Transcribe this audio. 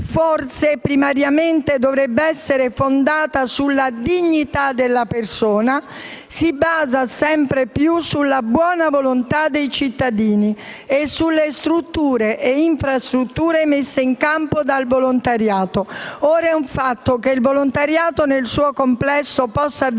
forse, primariamente, dovrebbe essere fondata sulla dignità della persona - si basa sempre più sulla buona volontà dei cittadini e sulle strutture e infrastrutture messe in campo dal volontariato. Ora, è un fatto che il volontariato nel suo complesso possa avviare